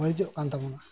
ᱵᱟᱹᱲᱤᱡᱚᱜ ᱠᱟᱱ ᱛᱟᱵᱚᱱᱟ